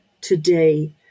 today